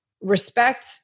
respect